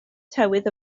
tywydd